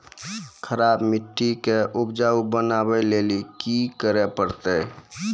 खराब मिट्टी के उपजाऊ बनावे लेली की करे परतै?